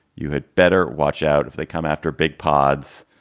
you had better watch out if they come after big pods,